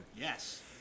Yes